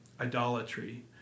idolatry